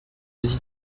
des